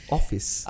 office